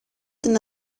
την